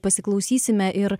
pasiklausysime ir